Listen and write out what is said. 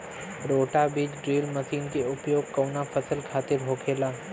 रोटा बिज drill machine के उपयोग कऊना फसल खातिर होखेला?